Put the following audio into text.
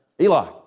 Eli